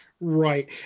Right